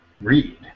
read